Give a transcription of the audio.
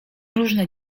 różne